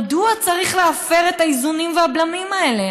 מדוע צריך להפר את האיזונים והבלמים האלה?